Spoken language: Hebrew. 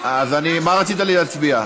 מה רצית להצביע?